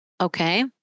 Okay